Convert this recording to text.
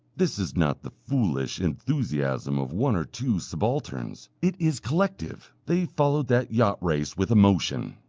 this is not the foolish enthusiasm of one or two subalterns, it is collective. they followed that yacht race with emotion!